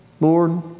Lord